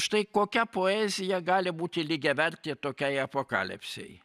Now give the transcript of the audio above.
štai kokia poezija gali būti lygiavertė tokiai apokalipsei